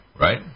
right